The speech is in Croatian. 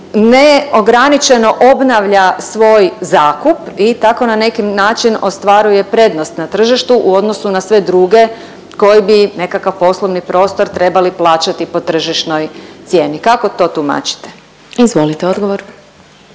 neograničeno obnavlja svoj zakup i tako na neki način ostvaruje prednost na tržištu u odnosu na sve druge koji bi nekakav poslovni prostor trebali plaćati po tržišnoj cijeni, kako to tumačite? **Glasovac,